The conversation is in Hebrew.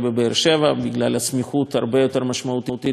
בגלל סמיכות הרבה יותר משמעותית לאוכלוסייה,